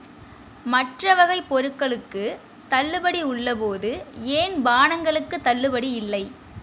மற்ற வகைப் பொருட்களுக்குத் தள்ளுபடி உள்ளபோது ஏன் பானங்களுக்குத் தள்ளுபடி இல்லை